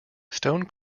stone